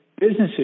businesses